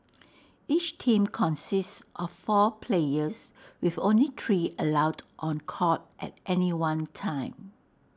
each team consists of four players with only three allowed on court at any one time